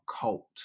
cult